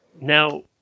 Now